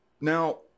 Now